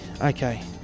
okay